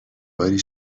باری